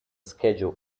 schedule